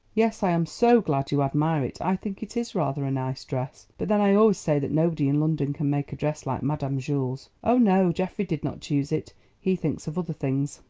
yes, i am so glad you admire it. i think it is rather a nice dress, but then i always say that nobody in london can make a dress like madame jules. oh, no, geoffrey did not choose it he thinks of other things.